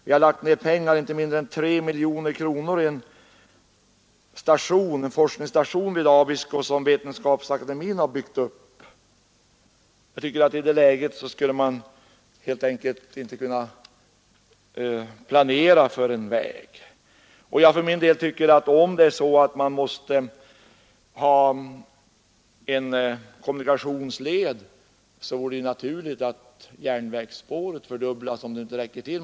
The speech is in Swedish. Vetenskapsakademien har lagt ned inte mindre än 3 miljoner kronor på en forskningsstation vid Abisko. Jag tycker att i det läget skulle man helt enkelt inte kunna planera för en väg. Jag anser för min del att om man måste ha en kommunikationsled, vore det naturligt att järnvägsspåret fördubblades, om det inte räcker till.